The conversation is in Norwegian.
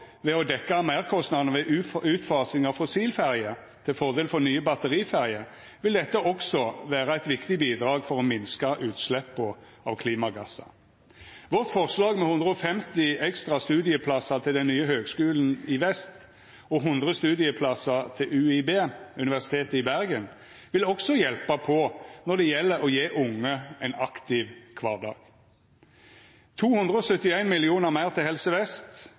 ved å dekkja meirkostnadar ved utfasing av fossilferjer til fordel for nye batteriferjer vil dette også vera eit viktig bidrag til å minska utsleppet av klimagassar. Vårt forslag om 150 ekstra studieplassar til den nye høgskulen i vest og 100 studieplassar til Universitet i Bergen vil også hjelpa på når det gjeld å gje unge ein aktiv kvardag. Vårt forslag vil gje 271 mill. kr meir til Helse Vest